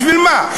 בשביל מה?